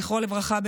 זכרו לברכה,